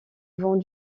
vent